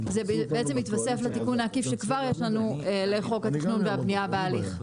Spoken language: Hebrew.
זה מתווסף לתיקון העקיף שכבר יש לנו לחוק התכנון והבנייה בהליך.